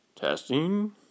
Testing